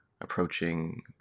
approaching